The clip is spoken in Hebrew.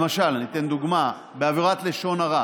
למשל, אתן דוגמה: בעבירת לשון הרע